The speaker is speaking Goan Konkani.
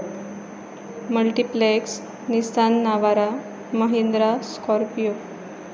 multiplex Nissan Navara Mahindra Scorpio